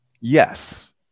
yes